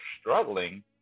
struggling